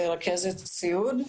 רכזת סיעוד.